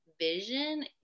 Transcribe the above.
vision